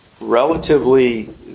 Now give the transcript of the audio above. relatively